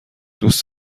دوست